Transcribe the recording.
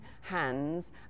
hands